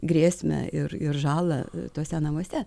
grėsmę ir ir žalą tuose namuose